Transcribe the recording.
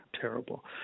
terrible